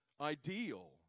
ideal